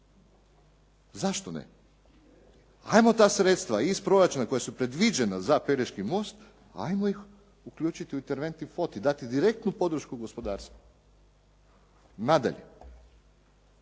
Zašto ne? Hajmo ta sredstva iz proračuna koja su predviđena za Pelješki most, hajmo ih uključiti u interventni fond i dati direktnu podršku gospodarstvu. Nadalje,